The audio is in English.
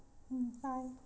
bye